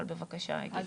בבקשה, גדעון.